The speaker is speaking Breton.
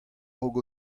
raok